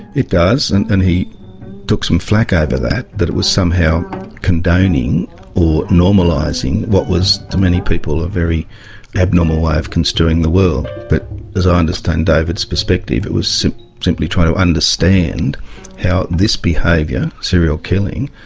it does. and and he took some flak over but that, that it was somehow condoning or normalising what was to many people a very abnormal way of construing the world. but as i understand david's perspective, it was simply trying to understand how this behaviour, serial killing,